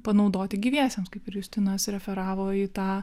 panaudoti gyviesiems kaip ir justinas referavo į tą